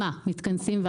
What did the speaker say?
מה, מתכנסים?